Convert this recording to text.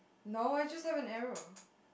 no I just have an error